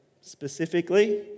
specifically